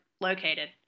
located